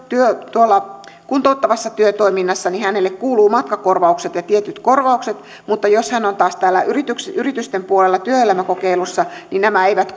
kuntouttavassa työtoiminnassa hänelle kuuluu matkakorvaukset ja tietyt korvaukset mutta jos hän on taas yritysten yritysten puolella työelämäkokeilussa niin nämä eivät